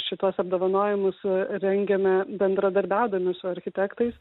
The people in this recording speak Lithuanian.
šituos apdovanojimus rengiame bendradarbiaudami su architektais